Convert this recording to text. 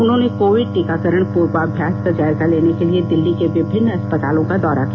उन्होंने कोविड टीकाकरण पूर्वाभ्यास का जायजा लेने के लिए दिल्ली के विभिन्न अस्पतालों का दौरा किया